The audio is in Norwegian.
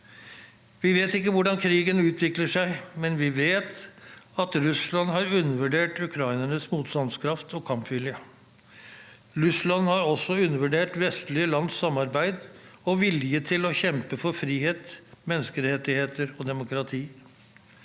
Vi vet ikke hvordan krigen utvikler seg, men vi vet at Russland har undervurdert ukrainernes motstandskraft og kampvilje. Russland har også undervurdert vestlige lands samhold og vilje til å kjempe for frihet, menneskerettigheter og demokrati.